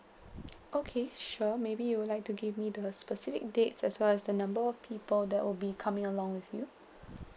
okay sure maybe you will like to give me the specific dates as well as the number of people that will be coming along with you